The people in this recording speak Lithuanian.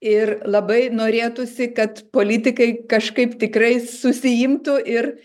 ir labai norėtųsi kad politikai kažkaip tikrai susiimtų ir